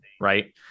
right